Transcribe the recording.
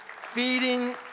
Feeding